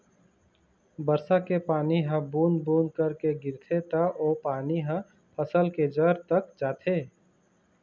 बरसा के पानी ह बूंद बूंद करके गिरथे त ओ पानी ह फसल के जर तक जाथे